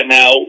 now